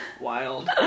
Wild